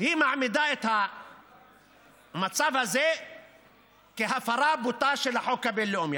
היא מעמידה את המצב הזה כהפרה בוטה של החוק הבין-לאומי.